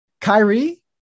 Kyrie